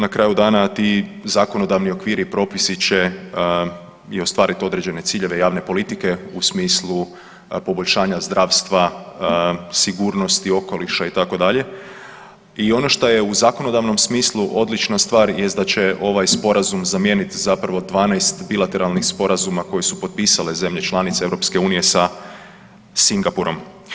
Na kraju dana ti zakonodavni okviri i propisi će i ostvariti određene ciljeve javne politike u smislu poboljšanja zdravstva, sigurnosti okoliša, itd., i ono što je u zakonodavnom smislu odlična stvar, je da će ovaj Sporazum zamijeniti zapravo 12 bilateralnih sporazuma koje su potpisale zemlje članice EU sa Singapurom.